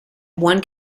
one